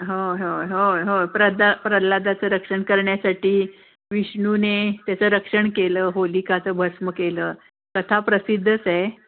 होय होय होय होय प्रदा प्रल्हादाचं रक्षण करण्यासाठी विष्णुने त्याचं रक्षण केलं होलिकाचं भस्म केलं कथा प्रसिद्धच आहे